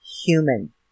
human